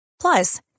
Plus